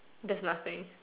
there's nothing